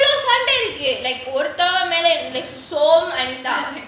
சண்டை இருக்கு:sandai irukku like hotel மேல:maela like